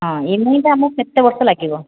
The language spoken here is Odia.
ହଁ ଇଏମଆଇଟା ଆମକୁ କେତେବର୍ଷ ଲାଗିବ